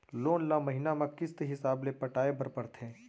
loan ल महिना म किस्त हिसाब ले पटाए बर परथे